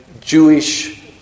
Jewish